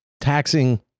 taxing